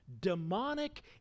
demonic